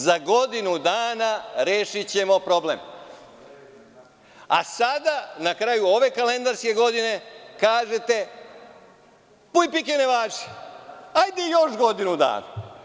Za godinu dana rešićemo problem, a sada, na kraju ove kalendarske godine, kažete puj pike ne važi, hajde još godinu dana.